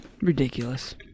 Ridiculous